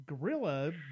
gorilla